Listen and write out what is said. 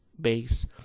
base